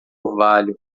orvalho